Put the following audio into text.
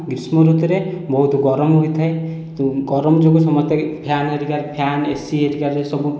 ଗ୍ରୀଷ୍ମ ଋତୁରେ ବହୁତ ଗରମ ହୋଇଥାଏ ଗରମ ଯୋଗୁଁ ସମସ୍ତେ ଫ୍ୟାନ ହେରିକା ଫ୍ୟାନ ଏସି ହେରିକାରେ ସବୁ